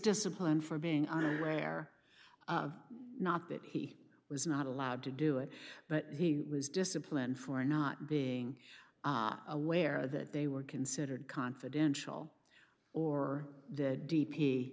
disciplined for being unaware not that he was not allowed to do it but he was disciplined for not being aware that they were considered confidential or that d p